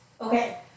Okay